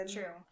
True